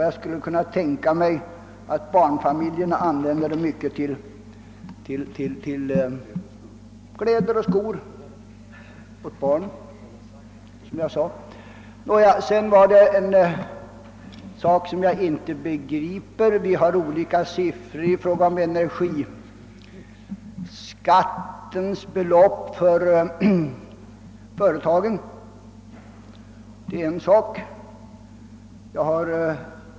Jag skulle kunna tänka mig att barnfamiljerna i stor usträckning, som jag sade, använder pengarna till inköp av kläder och skor åt barnen. Det är ytterligare en omständighet som jag inte begriper. Vi har olika siffror i fråga om energiskattens belopp för företagen.